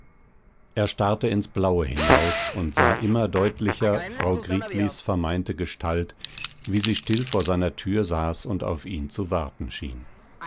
er starrte ins blaue hinaus und sah immer deutlicher frau gritlis vermeinte gestalt wie sie still vor seiner tür saß und auf ihn zu warten schien